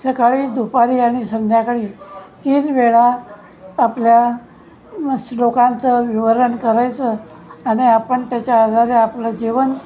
सकाळी दुपारी आणि संध्याकाळी तीन वेळा आपल्या श्लोकांचं विवरण करायचं आणि आपण त्याच्या आधारे आपलं जीवन